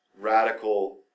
radical